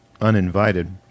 Uninvited